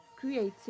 creativity